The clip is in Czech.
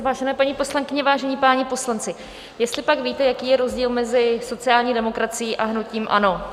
Vážené paní poslankyně, vážení páni poslanci, jestlipak víte, jaký je rozdíl mezi sociální demokracií a hnutím ANO?